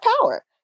power